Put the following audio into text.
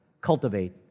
cultivate